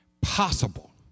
possible